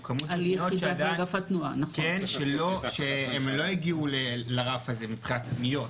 פניות שעדיין לא הגיעו לרף הזה מבחינת פניות.